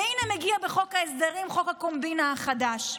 והינה מגיע בחוק ההסדרים חוק הקומבינה החדש.